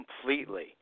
completely